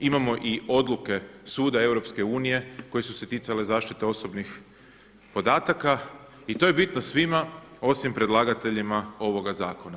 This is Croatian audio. Imamo i odluke Suda Europske unije koje su se ticale zaštite osobnih podataka i to je bitno svima osim predlagateljima ovoga zakona.